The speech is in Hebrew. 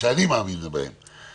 זה אחד הסעיפים האחרונים בחוק החסינות.